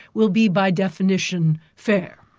will be by definition, fair.